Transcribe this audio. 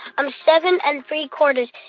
i'm seven and three quarters.